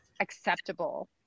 acceptable